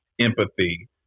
empathy